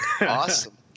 Awesome